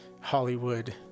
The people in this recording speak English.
Hollywood